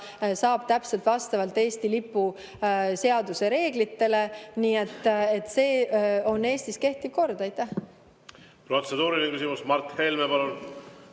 saab täpselt vastavalt Eesti lipu seaduse reeglitele. Nii et see on Eestis kehtiv kord. Aitäh!